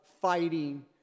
fighting